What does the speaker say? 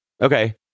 okay